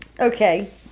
okay